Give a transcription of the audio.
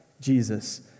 Jesus